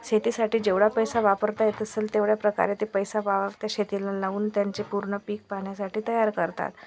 शेतीसाठी जेवढा पैसा वापरता येत असेल तेवढया प्रकारे ते पैसा वा त्या शेतीला लावून त्यांची पूर्ण पीक पाण्यासाठी तयार करतात